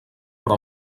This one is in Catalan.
però